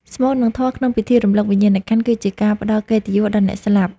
ស្មូត និងធម៌ក្នុងពិធីរំលឹកវិញ្ញាណក្ខន្ធ គឺជាការផ្ដល់កិត្តិយសដល់អ្នកស្លាប់។